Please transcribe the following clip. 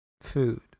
food